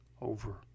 over